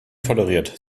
toleriert